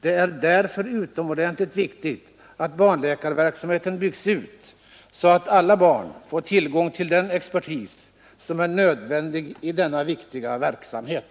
Det är därför utomordentligt väsentligt att barnläkarverksamheten byggs ut så att alla barn får tillgång till den expertis som är nödvändig i denna viktiga verksamhet.